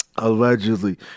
Allegedly